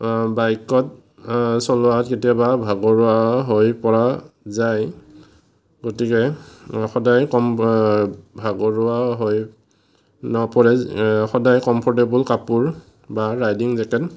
বাইকত চলোৱা কেতিয়াবা ভাগৰুৱা হৈ পৰা যায় গতিকে সদায় কম ভাগৰুৱা হৈ নপৰে সদায় কমফৰ্টেবল কাপোৰ বা ৰাইডিং জেকেট